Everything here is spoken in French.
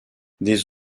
des